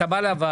אתה בא לוועדה,